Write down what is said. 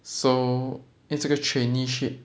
so 因为这个: yin wei zhe ge traineeship